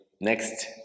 next